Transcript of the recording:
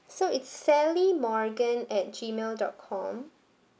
so it's sally morgan at G mail dot com